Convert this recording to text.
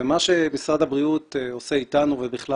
ומה שמשרד הבריאות עושה אתנו ובכלל